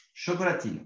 Chocolatine